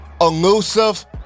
elusive